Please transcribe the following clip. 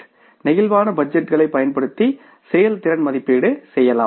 flexible பட்ஜெட்டுகளைப் பயன்படுத்தி செயல்திறன் மதிப்பீடு செய்யலாம்